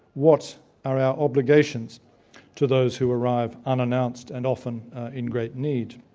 what are our obligations to those who arrive unannounced and often in great need?